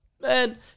Man